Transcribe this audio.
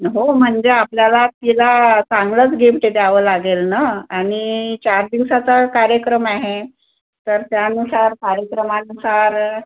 हो म्हणजे आपल्याला तिला चांगलंच गिफ्ट द्यावं लागेल न आणि चार दिवसाचा कार्यक्रम आहे तर त्यानुसार कार्यक्रमानुसार